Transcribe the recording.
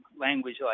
language